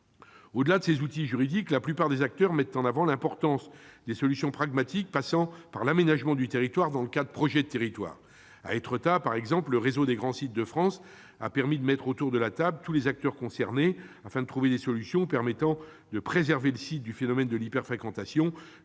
Au-delà de ces outils juridiques, la plupart des acteurs mettent en avant l'importance des solutions pragmatiques, passant par l'aménagement du territoire dans le cadre de projets de territoire. À Étretat, par exemple, le réseau des grands sites de France a permis de mettre autour de la table tous les acteurs concernés, afin de trouver des solutions permettant de préserver le site du phénomène de l'hyper-fréquentation,